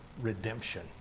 redemption